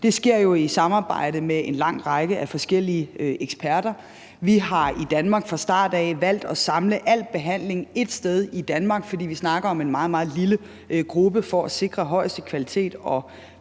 Det sker jo i samarbejde med en lang række af forskellige eksperter. Vi har i Danmark fra starten af valgt at samle al behandling ét sted i Danmark, fordi vi snakker om en meget, meget lille gruppe, for at sikre den højeste kvalitet og